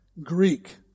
Greek